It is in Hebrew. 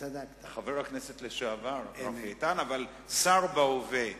חבר הכנסת לשעבר רפי איתן, אבל שר בהווה.